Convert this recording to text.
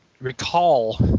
recall